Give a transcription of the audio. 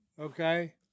Okay